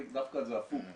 דווקא זה הפוך.